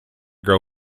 grow